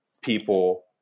people